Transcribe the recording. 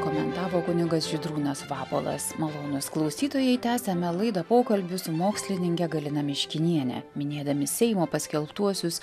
komentavo kunigas žydrūnas vabolas malonūs klausytojai tęsiame laidą pokalbiu su mokslininke galina miškiniene minėdami seimo paskelbtuosius